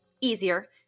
easier